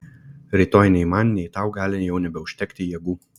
rytoj nei man nei tau gali jau nebeužtekti jėgų